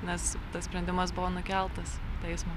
nes tas sprendimas buvo nukeltas teismo